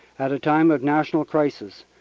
at a time of national crisis,